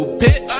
pit